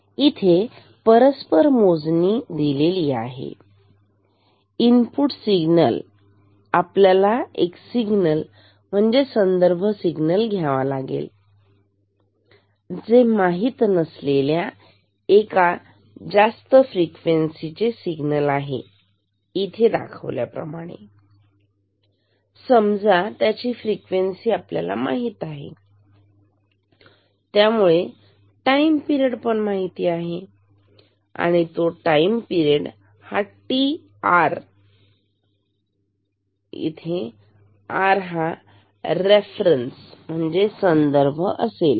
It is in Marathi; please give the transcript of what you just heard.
इथे परस्पर मोजणीसाठी आहे इन सिग्नल आपल्याला एक सिग्नल म्हणजे संदर्भ सिग्नल घ्यावा लागेल जे माहीत नसलेल्या एका जास्त फ्रिक्वेन्सी चे सिग्नल आहे इथे दाखवल्याप्रमाणे समजा त्याची फ्रिक्वेन्सी आपल्याला माहित आहे आणि त्यामुळे टाईम पिरेड पण माहित आहे तर तो टाईम पिरेड हा टी आर r रेफरन्स संदर्भ असेल